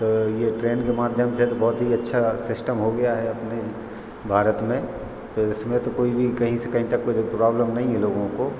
ये ट्रेन के माध्यम से बहुत ही अच्छा सिस्टम हो गया है अपने भारत में इसमें तो इसमें तो कोई भी कहीं से कहीं तक कोई प्रॉबलम नहीं है लोगों को